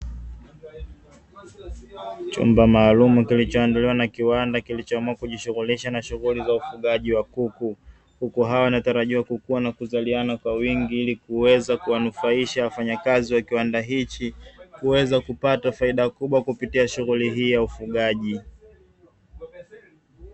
Chumba maalumu kilichoandaliwa na kiwanda kilicho amua kujishughulisha na shughuli za ufugaji wa kuku, kuku hawa wanatarajiwa kukua na kuzaliana kwa wingi, ili Kuweza kuwafaidisha wafanya kazi wa kiwanda hichi, kuweza kupata faida kubwa kupitia shughuli hii ya ufugaji.